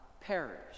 perish